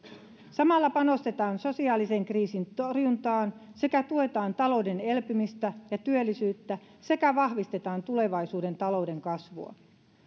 samalla panostetaan sosiaalisen kriisin torjuntaan sekä tuetaan talouden elpymistä ja työllisyyttä sekä vahvistetaan tulevaisuuden talouden kasvua